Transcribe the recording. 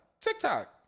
TikTok